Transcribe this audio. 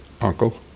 Uncle